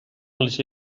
les